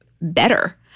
better